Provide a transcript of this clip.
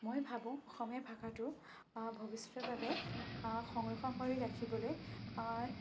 মই ভাবোঁ অসমীয়া ভাষাটো ভৱিষ্যতৰ বাবে সংৰক্ষণ কৰি ৰাখিবলৈ